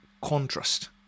contrast